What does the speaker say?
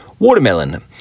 Watermelon